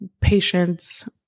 patients